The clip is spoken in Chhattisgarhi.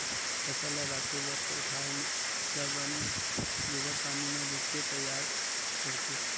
फसल ल राखे बर कोठार ल बने गोबार पानी म लिपके तइयार करतिस